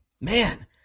Man